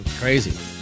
crazy